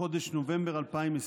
בחודש נובמבר 2020